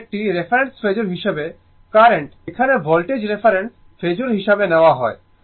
এটি একটি reference phasor হিসাবে কারেন্ট এখানে ভোল্টেজ হল সময় দেখুন 1902 কারণ এখানে ভোল্টেজ রেফারেন্স ফেজোর হিসাবে নেওয়া হয়